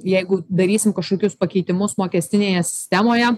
jeigu darysim kažkokius pakeitimus mokestinėje sistemoje